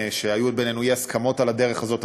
שהיו עוד בינינו אי-הסכמות על הדרך הזאת,